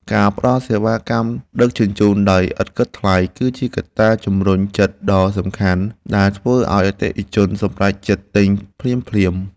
ការផ្តល់សេវាកម្មដឹកជញ្ជូនដោយឥតគិតថ្លៃ គឺជាកត្តាជំរុញចិត្តដ៏សំខាន់ដែលធ្វើឱ្យអតិថិជនសម្រេចចិត្តទិញភ្លាមៗ។